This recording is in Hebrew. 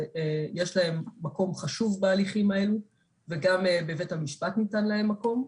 יש להן מקום חשוב בהליכים האלו וגם בבית המשפט ניתן להן מקום.